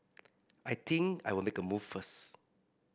I think I will make a move first